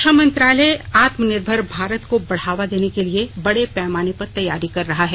रक्षा मंत्रालय आत्मनिर्भर भारत को बढावा देने के लिए बड़े पैमाने पर तैयारी कर रहा है